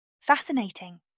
Fascinating